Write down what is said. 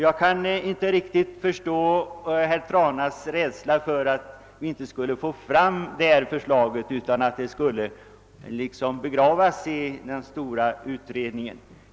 Jag kan inte riktigt förstå herr Tranas rädsla för att förslaget därigenom skulle så att säga begravas i den stora utredningen.